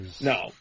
No